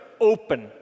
open